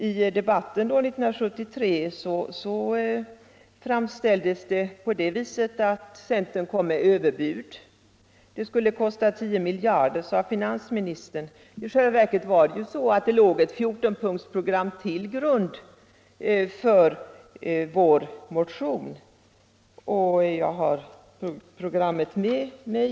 I debatten 1973 hette det att centerpartiet kom med överbud. Det skulle kosta 10 miljarder att genomföra förslaget, sade finansministern. I själva verket låg ett 14-punktsprogram till grund för vår motion. Jag har programmet med mig.